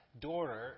daughter